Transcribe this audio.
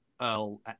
Earl